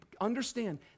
understand